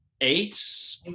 eight